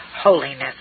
holiness